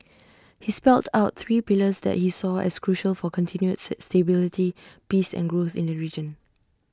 he spelt out three pillars that he saw as crucial for continued stability peace and growth in the region